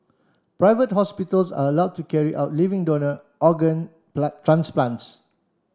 private hospitals are allowed to carry out living donor organ transplants